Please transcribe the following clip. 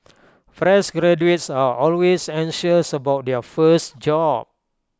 fresh graduates are always anxious about their first job